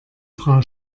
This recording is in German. frau